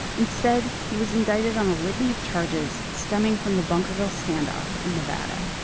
instead, he was indicted on the litany of charges stemming from the bunkerville standoff in nevada.